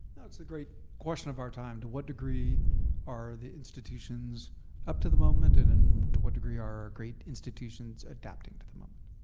no, it's the great question of our time. to what degree are the institutions up to the moment and and to what degree are our great institutions adapting to the moment?